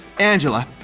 angela,